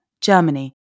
Germany